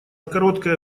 короткое